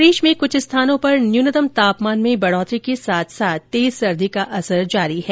प्रदेश में कुछ स्थानों पर न्यूनतम तापमान में बढोतरी के साथ साथ तेज सर्दी का असर जारी है